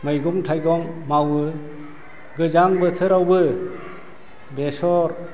मैगं थाइगं मावो गोजां बोथोरावबो बेसर